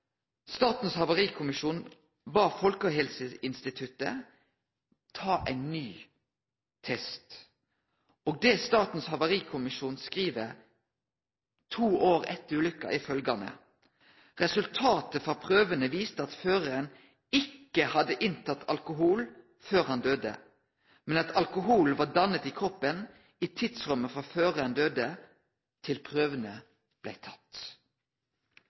Statens havarikommisjon bad Folkehelseinstituttet ta ein ny test. Det Statens havarikommisjon skriv, to år etter ulykka, er følgjande: «Resultatet fra prøvene viste at føreren ikke hadde inntatt alkohol før han døde, men at alkoholen var dannet i kroppen i tidsrommet fra føreren døde til prøvene ble tatt.»